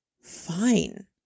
fine